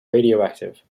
radioactive